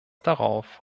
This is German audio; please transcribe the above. darauf